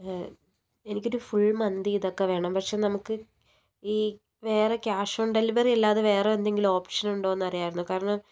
എനിക്കൊരു ഫുൾ മന്തി ഇതൊക്കെ വേണം പക്ഷെ നമുക്ക് ഈ വേറെ ക്യാഷ് ഓൺ ഡെലിവറി അല്ലാതെ വേറെ എന്തെങ്കിലും ഓപ്ഷൻ ഉണ്ടോന്ന് അറിയണമായിരുന്നു കാരണം